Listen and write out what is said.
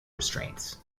restraints